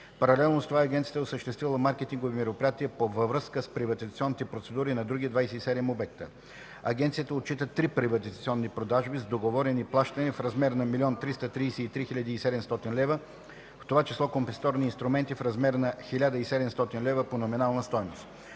Паралелно с това Агенцията е осъществила маркетингови мероприятия във връзка с приватизационните процедури на други 27 обекта. Агенцията отчита три приватизационни продажби с договорени плащания в размер на 1 333 700 лв., в това число компенсаторни инструменти в размер на 1700 лв. по номинална стойност.